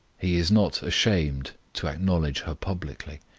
he is not ashamed to acknowledge her publicly.